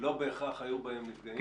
אירועים שלא בהכרח היו בהם נפגעים.